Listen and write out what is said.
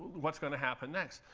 what's going to happen next.